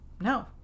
no